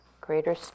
greater